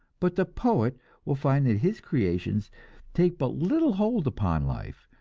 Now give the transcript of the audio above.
but the poet will find that his creations take but little hold upon life,